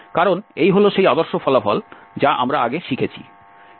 কারণ এই হলো সেই আদর্শ ফলাফল যা আমরা আগে শিখেছি